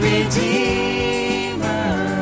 Redeemer